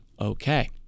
okay